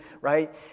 right